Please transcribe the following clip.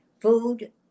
Food